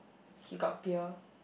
he got beer